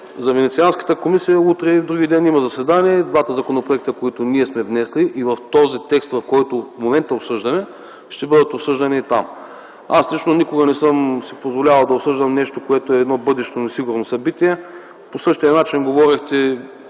За Венецианската комисия, утре и вдругиден има заседание – и двата законопроекта, които ние сме внесли, и този текст, който в момента обсъждаме, ще бъдат обсъждани и там. Аз лично никога не съм си позволявал да обсъждам нещо, което е едно бъдещо несигурно събитие. По същия начин говорихте